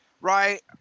right